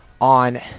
on